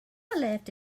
left